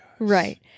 Right